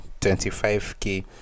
25k